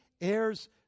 heirs